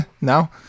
now